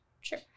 sure